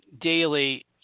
daily –